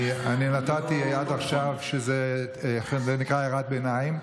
אני נתתי עד עכשיו, כשזה נקרא הערת ביניים.